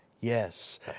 Yes